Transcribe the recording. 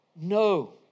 No